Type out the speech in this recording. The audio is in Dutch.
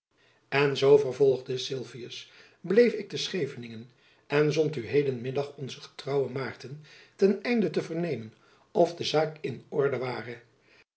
en zoo vervolgde sylvius bleef ik te scheveningen en zond u heden middag onzen getrouwen maarten ten einde te vernemen of de zaak in orde ware